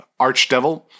archdevil